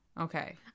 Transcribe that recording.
Okay